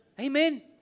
Amen